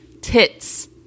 Tits